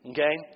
Okay